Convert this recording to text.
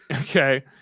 Okay